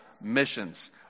missions